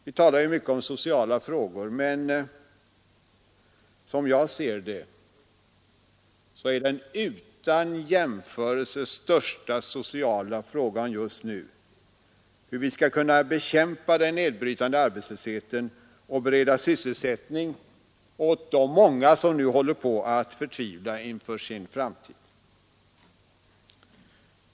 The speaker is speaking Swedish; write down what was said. Vi talar mycket om sociala frågor, men som jag ser det är den utan jämförelse största sociala frågan just nu hur vi skall kunna bekämpa den nedbrytande arbetslösheten och bereda sysselsättning åt de många som nu förtvivlar inför sin framtid.